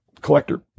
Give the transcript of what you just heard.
collector